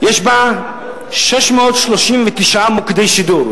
יש בה 639 מוקדי שידור,